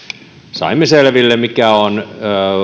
saimme selville mikä on